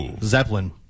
Zeppelin